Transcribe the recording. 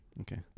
Okay